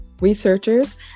researchers